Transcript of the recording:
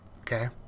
Okay